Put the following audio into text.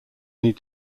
need